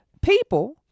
people